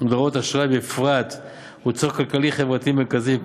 מודרות אשראי בפרט הוא צורך כלכלי-חברתי מרכזי.